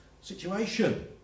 situation